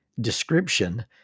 description